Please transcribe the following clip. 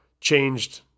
Changed